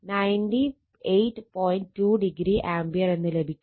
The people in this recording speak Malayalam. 2o ആംപിയർ എന്ന് ലഭിക്കും